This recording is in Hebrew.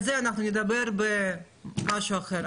על זה אנחנו נדבר בזמן אחר.